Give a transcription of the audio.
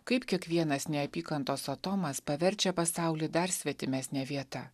kaip kiekvienas neapykantos atomas paverčia pasaulį dar svetimesne vieta